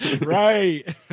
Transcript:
Right